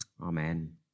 Amen